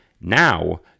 now